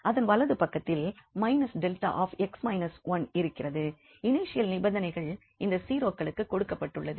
அதன் வலது பக்கத்தில் −𝛿𝑥 − 1 இருக்கின்றது இன்ஷியல் நிபந்தனைகள் இந்த 0களுக்கு கொடுக்கப்பட்டுள்ளது